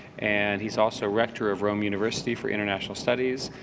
and he's also rector of rome university for international studies,